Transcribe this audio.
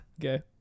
Okay